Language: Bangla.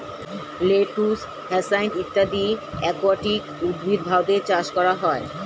লেটুস, হ্যাসাইন্থ ইত্যাদি অ্যাকুয়াটিক উদ্ভিদ ভারতে চাষ করা হয়